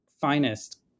finest